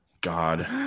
God